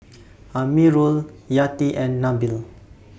Amirul Yati and Nabil